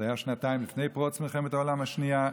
זה היה שנתיים לפני פרוץ מלחמת העולם השנייה,